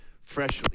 freshly